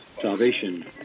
salvation